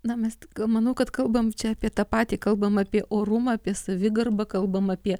na mes gal manau kad kalbam čia apie tą patį kalbam apie orumą apie savigarbą kalbam apie